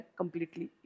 completely